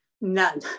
None